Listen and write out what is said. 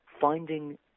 finding